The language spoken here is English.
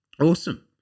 Awesome